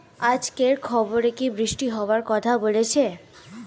আজকের খবরে কি বৃষ্টি হওয়ায় কথা বলেছে?